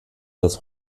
das